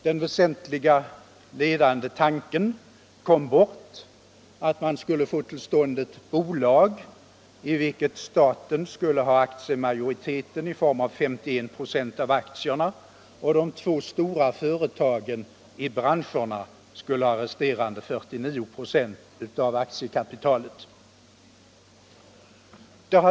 Den väsentliga, ledande tanken kom bort, att man skulle få till stånd ett bolag i vilket staten skulle ha aktiemajoritet i form av 51 46 av aktierna och de två stora företagen i branscherna skulle ha resterande 49 96 av aktiekapitalet.